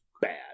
bad